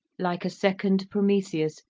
like a second prometheus,